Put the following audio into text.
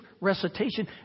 recitation